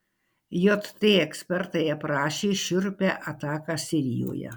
jt ekspertai aprašė šiurpią ataką sirijoje